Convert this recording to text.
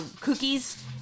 cookies